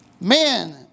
man